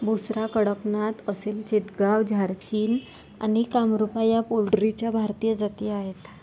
बुसरा, कडकनाथ, असिल चितगाव, झारसिम आणि कामरूपा या पोल्ट्रीच्या भारतीय जाती आहेत